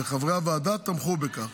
וחברי הוועדה תמכו בכך.